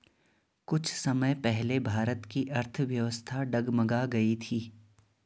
कुछ समय पहले भारत की अर्थव्यवस्था डगमगा गयी थी